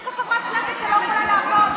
יש פה חברת כנסת שלא יכולה לעבוד,